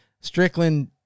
Strickland